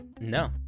No